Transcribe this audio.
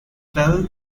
bell